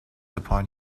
upon